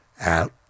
Out